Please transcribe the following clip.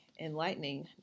enlightening